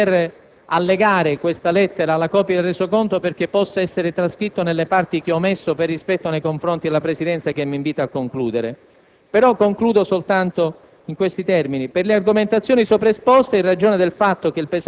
Ometto alcuni passaggi, pregandola di poter allegare questa lettera alla copia del resoconto, perché possa essere trascritta nelle parti che ho omesso per rispetto nei confronti della Presidenza che mi invita a concludere.